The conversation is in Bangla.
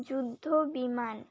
যুদ্ধ বিমান